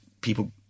people